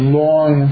long